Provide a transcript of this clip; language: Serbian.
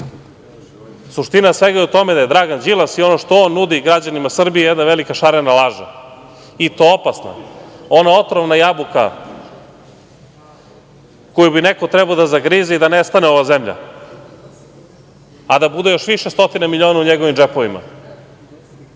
magla? Suština svega je da je Dragan Đilas i ono što on nudi građanima Srbije jedna velika šarena laža, i to opasna, ona otrovna jabuka koju bi neko trebao da zagrize i da nestane ova zemlja, a da bude još više stotina miliona u njegovim džepovima.